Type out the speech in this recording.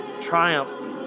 triumph